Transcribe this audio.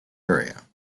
area